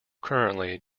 currently